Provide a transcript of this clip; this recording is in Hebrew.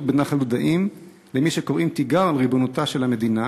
בנחל דודאים למי שקוראים תיגר על ריבונותה של המדינה,